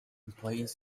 employees